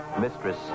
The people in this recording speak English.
mistress